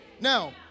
Now